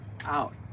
out